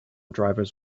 drivers